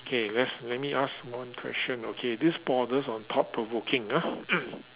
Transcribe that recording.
okay let's let me ask one question okay this bothers on thought provoking ah